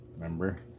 remember